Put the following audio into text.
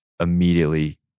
immediately